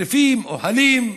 צריפים, אוהלים.